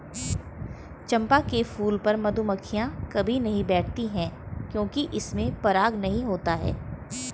चंपा के फूल पर मधुमक्खियां कभी नहीं बैठती हैं क्योंकि इसमें पराग नहीं होता है